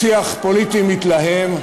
שיח פוליטי מתלהם.